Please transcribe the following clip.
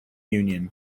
union